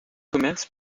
commerce